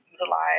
utilize